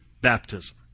baptism